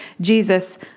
Jesus